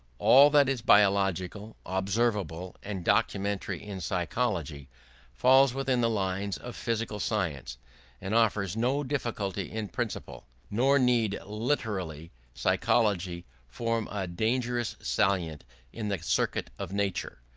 all that is biological, observable, and documentary in psychology falls within the lines of physical science and offers no difficulty in principle. nor need literary psychology form a dangerous salient in the circuit of nature.